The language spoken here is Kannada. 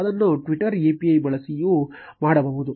ಅದನ್ನು Twitter API ಬಳಸಿಯೂ ಮಾಡಬಹುದು